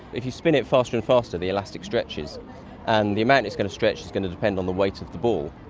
if you spin it faster and faster the elastic stretches and the amount it's going to stretch is going to depend on the weight of the ball.